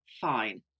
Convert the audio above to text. fine